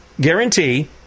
guarantee